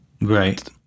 Right